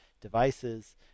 devices